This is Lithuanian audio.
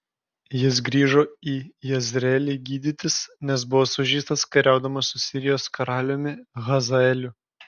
jis grįžo į jezreelį gydytis nes buvo sužeistas kariaudamas su sirijos karaliumi hazaeliu